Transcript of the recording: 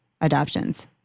adoptions